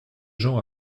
gens